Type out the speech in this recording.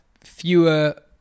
fewer